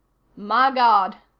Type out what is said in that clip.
my god,